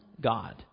God